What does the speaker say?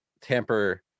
tamper